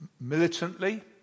militantly